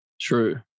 True